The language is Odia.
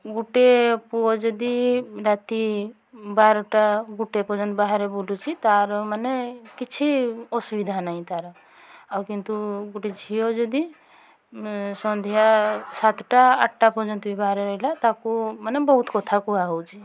ଗୋଟେ ପୁଅ ଯଦି ରାତି ବାରଟା ଗୋଟେ ପର୍ଯ୍ୟନ୍ତ ବାହାରେ ବୁଲୁଛି ତା'ର ମାନେ କିଛି ଅସୁବିଧା ନାହିଁ ତା'ର ଆଉ କିନ୍ତୁ ଗୋଟେ ଝିଅ ଯଦି ସନ୍ଧ୍ୟା ସାତଟା ଆଠଟା ପର୍ଯ୍ୟନ୍ତ ବି ବାହାରେ ରହିଲା ତାକୁ ମାନେ ବହୁତ କଥା କୁହାହେଉଛି